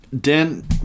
Dan